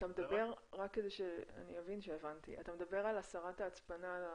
אתה מדבר על הסרת ההצפנה?